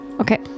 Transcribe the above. Okay